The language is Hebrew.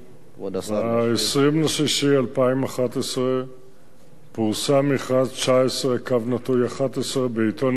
1 2. ביום 20 ביוני 2011 פורסם מכרז 19/11 בעיתון "ידיעות אחרונות"